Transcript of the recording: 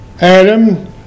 Adam